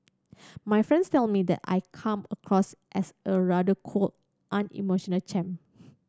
my friends tell me that I come across as a rather cold unemotional chap